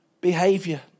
behavior